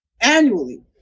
annually